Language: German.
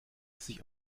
sich